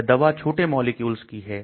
यह दवा छोटे मॉलिक्यूल की है